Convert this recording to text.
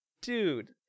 dude